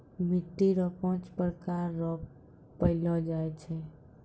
मिट्टी रो पाँच प्रकार रो पैलो जाय छै